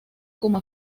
como